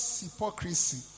hypocrisy